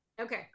okay